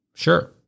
Sure